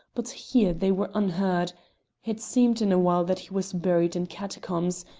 but here they were unheard it seemed in a while that he was buried in catacombs,